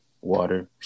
Water